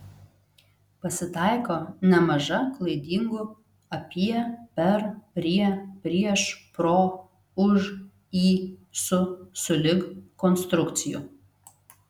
pasitaiko nemaža klaidingų apie per prie prieš pro už į su sulig konstrukcijų